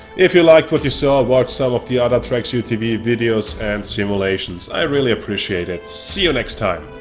if you liked what you saw, watch some of the other tracksuittv videos and simulations, i really appreciate it. see you next time!